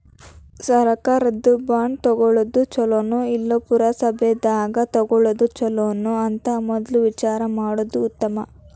ಸರ್ಕಾರದ ಬಾಂಡ ತುಗೊಳುದ ಚುಲೊನೊ, ಇಲ್ಲಾ ಪುರಸಭಾದಾಗ ತಗೊಳೊದ ಚುಲೊನೊ ಅಂತ ಮದ್ಲ ವಿಚಾರಾ ಮಾಡುದ ಉತ್ತಮಾ